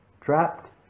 trapped